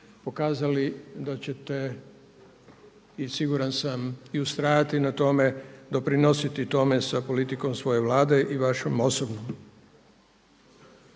pokazali da ćete i siguran sam i ustrajati na tome, doprinositi tome sa politikom svoje Vlade i vašom osobnom.